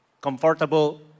comfortable